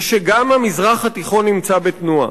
שגם המזרח התיכון נמצא בתנועה.